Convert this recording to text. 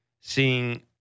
seeing